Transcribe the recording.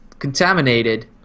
contaminated